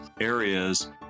areas